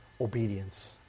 obedience